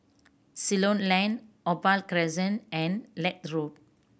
Ceylon Lane Opal Crescent and Leith Road